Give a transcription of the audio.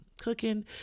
cooking